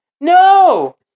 No